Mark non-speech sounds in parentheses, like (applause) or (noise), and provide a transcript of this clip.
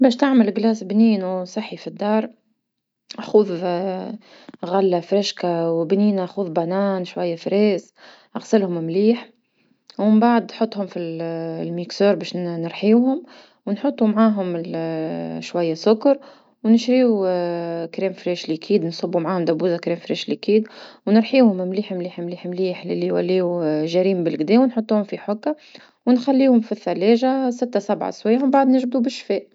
باش تعمل مثلجات بنينو وصحي فالدار. خوذ (hesitation) غلة فرشكة وبنينة خوذ بنان شوية فرولة أغسلهم مليح، ومن بعد حطهم في (hesitation) الخلاط باش نرحيوهم، ونحطو معاهم (hesitation) شوية سكر، ونشريو (hesitation) كريم طازج سائل ونصبو معاهم دبوزة كريمة سائلة ونرحيوهم مليح مليح مليح مليح للي ولاو (hesitation) جرين بلقدا ونحطوهم في حكة ونخليهوم في الثلاجة ستة سبعة سوايع ومن بعد نجبدو بالشفاء.